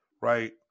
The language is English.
right